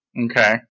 Okay